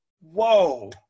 Whoa